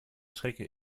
schrecke